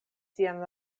sian